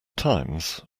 times